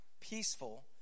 peaceful